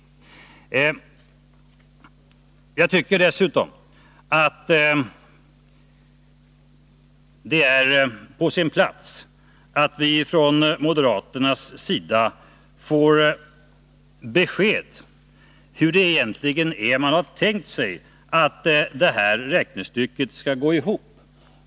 Jag tycker dessutom att det är på sin plats att moderaterna ger oss besked om hur man egentligen har tänkt sig att detta räknestycke skall gå ihop.